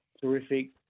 terrific